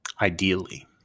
ideally